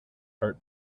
heart